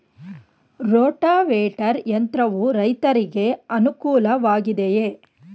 Rotavator ಯಂತ್ರವು ರೈತರಿಗೆ ಅನುಕೂಲ ವಾಗಿದೆಯೇ?